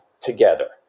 together